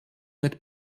mit